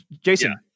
Jason